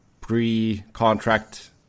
pre-contract